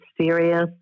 serious